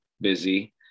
busy